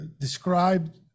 described